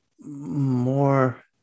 More